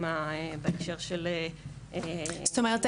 בהקשר של --- זאת אומרת,